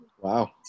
Wow